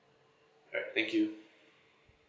alright thank you